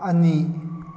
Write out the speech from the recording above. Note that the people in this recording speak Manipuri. ꯑꯅꯤ